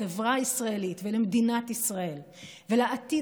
לחברה הישראלית ולמדינת ישראל ולעתיד